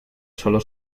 sólo